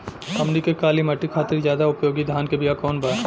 हमनी के काली माटी खातिर ज्यादा उपयोगी धान के बिया कवन बा?